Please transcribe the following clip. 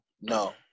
No